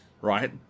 right